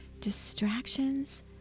distractions